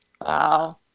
Wow